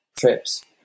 trips